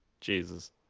Jesus